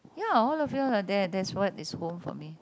ya all of you all right there that's what is home for me